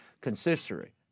consistory